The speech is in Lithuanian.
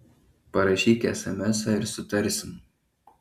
parašyk esemesą ir sutarsim